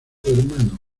hermano